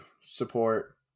support